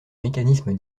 mécanisme